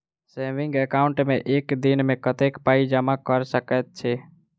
Saving account मे एक दिनमे कतेक पाई जमा कऽ सकैत छी?